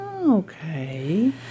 okay